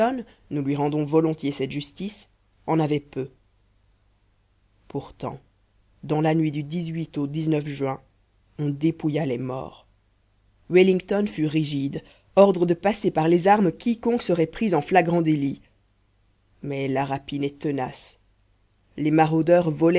nous lui rendons volontiers cette justice en avait peu pourtant dans la nuit du au juin on dépouilla les morts wellington fut rigide ordre de passer par les armes quiconque serait pris en flagrant délit mais la rapine est tenace les maraudeurs